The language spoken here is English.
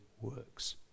works